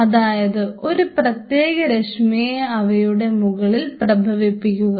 അതായത് ഒരു പ്രത്യേക രശ്മിയെ അവയുടെ മുകളിൽ പ്രഭവിപ്പിക്കുക